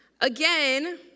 Again